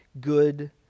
good